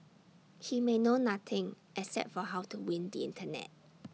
he may know nothing except for how to win the Internet